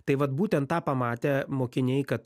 tai vat būtent tą pamatę mokiniai kad